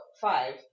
five